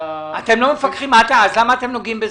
אתם לא מפקחים, אבל למה אתם נוגעים בזה?